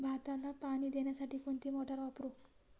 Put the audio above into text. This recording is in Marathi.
भाताला पाणी देण्यासाठी कोणती मोटार वापरू?